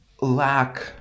lack